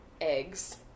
eggs